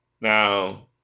Now